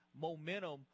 momentum